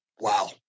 Wow